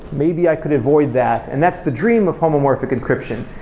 maybe i could avoid that, and that's the dream of homomorphic encryption,